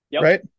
Right